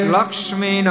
Lakshmi